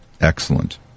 excellent